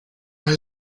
had